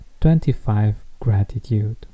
25GRATITUDE